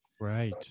Right